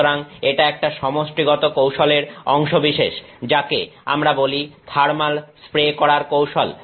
সুতরাং এটা একটা সমষ্টিগত কৌশলের অংশবিশেষ যাকে আমরা বলি থার্মাল স্প্রে করার কৌশল